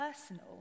personal